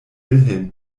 wilhelm